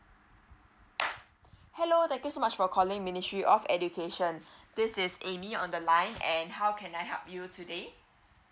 hello thank you so much for calling ministry of education this is amy on the line and how can I help you today